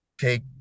take